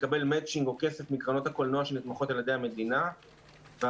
לקבל מצ'ינג או כסף מקרנות הקולנוע שנתמכות על ידי המדינה ואנחנו